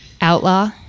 outlaw